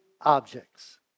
objects